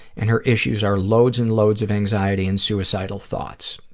and her issues are loads and loads of anxiety and suicidal thoughts.